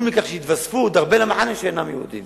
לכך שיתווספו עוד הרבה למחנה שאינם יהודים.